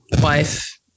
Wife